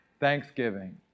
thanksgiving